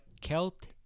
Celt